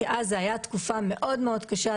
כי אז זו הייתה תקופה מאוד קשה,